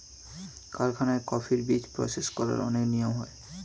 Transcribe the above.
কারখানায় কফির বীজ প্রসেস করার অনেক নিয়ম হয়